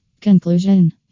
Conclusion